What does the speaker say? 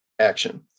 action